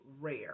rare